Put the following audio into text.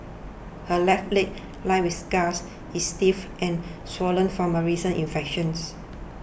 her left leg lined with scars is stiff and swollen from a recent infections